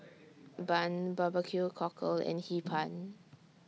Bun Barbecue Cockle and Hee Pan